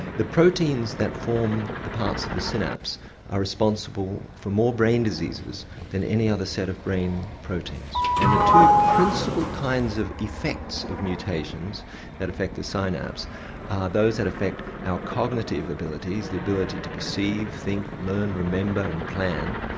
the proteins that form the parts of the synapse are responsible for more brain diseases than any other set of brain proteins and the two principle kinds of effects of mutations that affect the synapse are those that affect our cognitive abilities, the ability to perceive, think, learn, remember and plan.